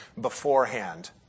beforehand